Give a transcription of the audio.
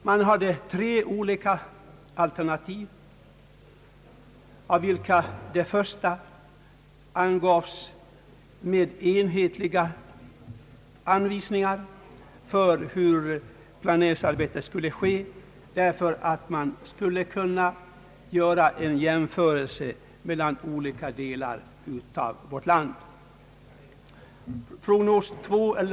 Det fanns tre olika alternativ, av vilka det första angavs med enhetliga anvisningar för hur planeringsarbetet skulle bedrivas så att man skulle kunna göra en jämförelse mellan olika delar av vårt land.